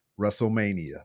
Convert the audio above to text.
Wrestlemania